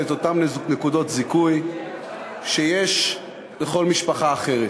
את אותן נקודת זיכוי שיש לכל משפחה אחרת.